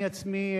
אני עצמי,